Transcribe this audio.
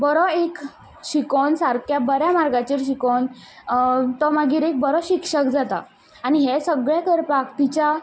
बरो एक शिकोन सारक्या बऱ्या मार्गाचेर शिकोन तो मागीर एक बरो शिक्षक जाता आनी हें सगळें करपाक तिच्या